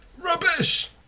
rubbish